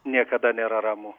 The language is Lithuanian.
niekada nėra ramu